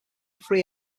free